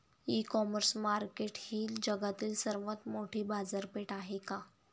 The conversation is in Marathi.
इ कॉमर्स मार्केट ही जगातील सर्वात मोठी बाजारपेठ आहे का?